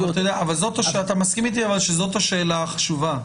נכון אבל אתה מסכים איתי שזאת השאלה החשובה.